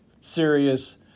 serious